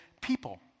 people